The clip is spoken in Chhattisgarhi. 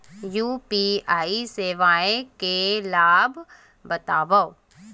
यू.पी.आई सेवाएं के लाभ बतावव?